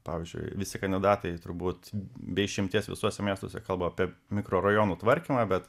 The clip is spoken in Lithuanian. pavyzdžiui visi kandidatai turbūt be išimties visuose miestuose kalba apie mikrorajonų tvarkymą bet